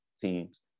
teams